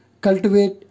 cultivate